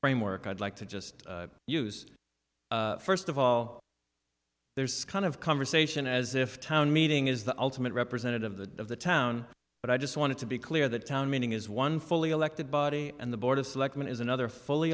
framework i'd like to just use first of all there's kind of conversation as if town meeting is the ultimate representative of the of the town but i just want to be clear the town meeting is one fully elected body and the board of selectmen is another fully